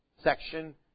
section